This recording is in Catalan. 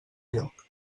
lloc